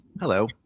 Hello